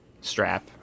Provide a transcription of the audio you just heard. strap